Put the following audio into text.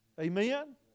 Amen